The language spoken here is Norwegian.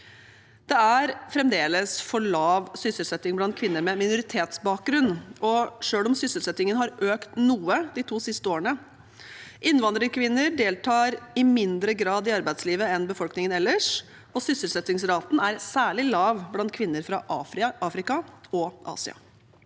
Det er fremdeles for lav sysselsetting blant kvinner med minoritetsbakgrunn, selv om sysselsettingen har økt noe de to siste årene. Innvandrerkvinner deltar i mindre grad i arbeidslivet enn befolkningen ellers, og sysselsettingsraten er særlig lav blant kvinner fra Afrika og Asia.